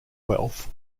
wealth